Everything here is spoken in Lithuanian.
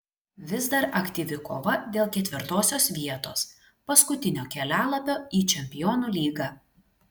vis dar aktyvi kova dėl ketvirtosios vietos paskutinio kelialapio į čempionų lygą